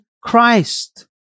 Christ